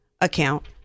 account